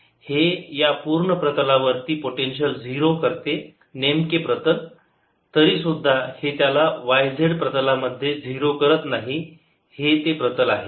हे या पूर्ण प्रतलावरती पोटेन्शियल 0 करते नेमके प्रतल तरीसुद्धा हे त्याला y z प्रतलामध्ये 0 करत नाही हे ते प्रतल आहे